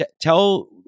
tell